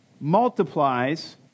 multiplies